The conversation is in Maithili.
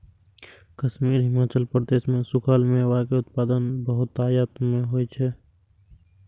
कश्मीर, हिमाचल प्रदेश मे सूखल मेवा के उत्पादन बहुतायत मे होइ छै